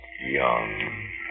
young